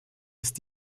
ist